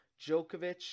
Djokovic